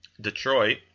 Detroit